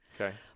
Okay